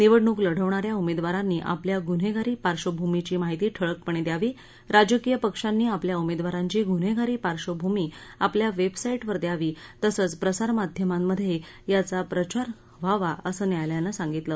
निवडणूक लढवणा या उमेदवारांनी आपल्या गुन्हेगारी पार्श्वभूमीची माहिती ठळकपणे द्यावी राजकीय पक्षांनी आपल्या उमेदवारांची गुन्हेगारी पार्श्वभूमी आपल्या वेबसाईटवर द्यावी तसंच प्रसार माध्यमामधेही याचा प्रचार व्हावा असं न्यायालयानं सांगितलं